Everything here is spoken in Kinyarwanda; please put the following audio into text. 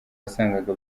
wasangaga